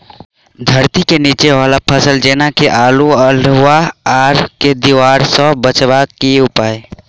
धरती केँ नीचा वला फसल जेना की आलु, अल्हुआ आर केँ दीवार सऽ बचेबाक की उपाय?